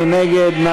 מי נגד?